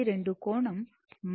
92 కోణం 30